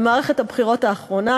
במערכת הבחירות האחרונה.